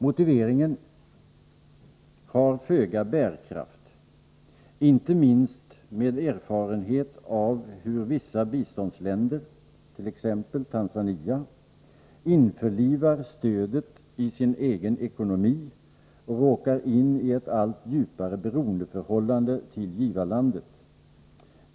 Motiveringen har föga bärkraft, inte minst med erfarenhet av hur vissa biståndsländer, exempelvis Tanzania, införlivar stödet i sin egen ekonomi och råkar in i ett allt djupare beroendeförhållande till givarlandet.